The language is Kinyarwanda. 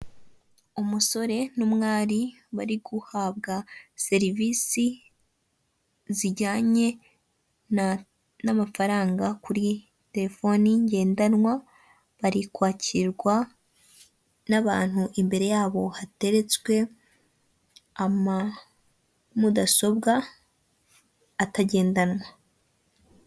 Umusore n'umwari bari guhabwa serivisi zijyanye n'amafaranga kuri tefoni ngendanwa bari kwakirwa n'abantu imbere yabo hateretswe amamudasobwa atagendanwa.